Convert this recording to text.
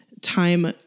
time